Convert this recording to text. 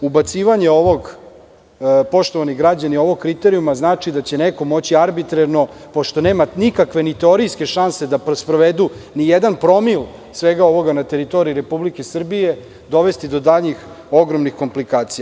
Ubacivanje ovog kriterijuma, poštovani građani, znači da će neko moći arbitrerno, pošto nema nikakve ni teorijske šanse da sprovedu nijedan promil svega ovoga na teritoriji Republike Srbije, dovesti do daljih ogromnih komplikacija.